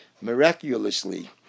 miraculously